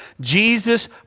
Jesus